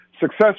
success